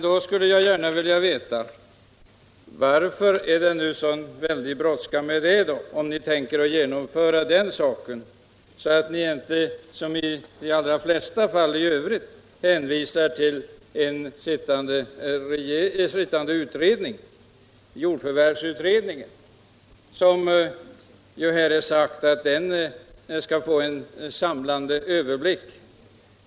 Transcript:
Då vill jag gärna veta varför det är sådan brådska med att genomföra den saken att ni inte som i de allra flesta fall i övrigt hänvisar till sittande utredning —- i detta fall jordförvärvsutredningen. Det är ju sagt att den skall ge en samlande överblick.